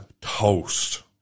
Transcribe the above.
toast